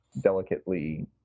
delicately